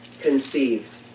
conceived